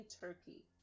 Turkey